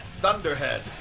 Thunderhead